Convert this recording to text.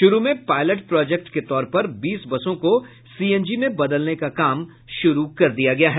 शुरू में pilot project के तौर पर बीस बसों को सीएनजी में बदलने का काम शुरू कर दिया गया है